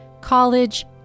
college